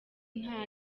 nta